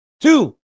Two